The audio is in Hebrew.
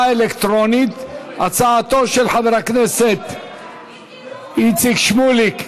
הצעתו של חבר הכנסת איציק שמולי,